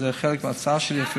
וזה חלק מההצעה שלי.